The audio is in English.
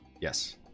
Yes